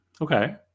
Okay